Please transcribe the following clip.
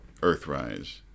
Earthrise